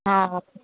ᱚ